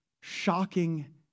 shocking